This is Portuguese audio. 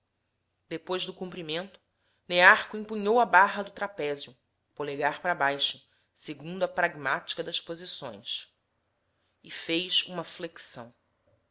depois do cumprimento nearco empunhou a barra do trapézio polegar para baixo segundo a pragmática das posições e fez uma flexão